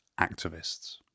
activists